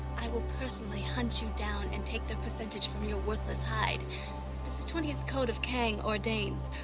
i will personally hunt you down and take their percentage from your worthless hide. as the twentieth code of kang ordains,